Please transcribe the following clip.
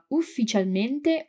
ufficialmente